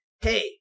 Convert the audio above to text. hey